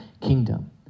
kingdom